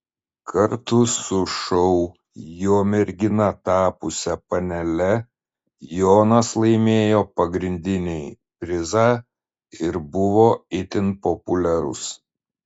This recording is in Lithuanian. kartu su šou jo mergina tapusia panele jonas laimėjo pagrindinį prizą ir buvo itin populiarus